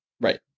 right